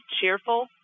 cheerful